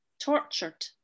tortured